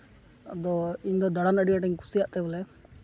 ᱟᱫᱚ ᱤᱧᱫᱚ ᱫᱟᱬᱟᱱ ᱟᱹᱰᱤ ᱟᱸᱴᱤᱧ ᱠᱩᱥᱤᱭᱟᱜ ᱛᱮ ᱵᱚᱞᱮ